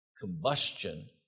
combustion